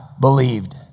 believed